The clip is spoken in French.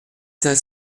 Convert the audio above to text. cinq